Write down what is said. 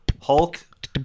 Hulk